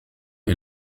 est